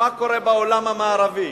מה קורה בעולם המערבי.